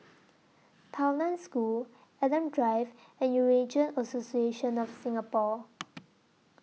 Tao NAN School Adam Drive and Eurasian Association of Singapore